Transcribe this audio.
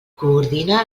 coordina